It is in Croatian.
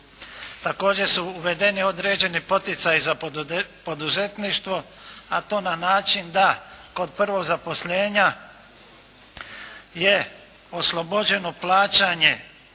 Također su uvedeni određeni poticaji za poduzetništvo, a to na način da kod prvog zaposlenja je oslobođeno plaćanje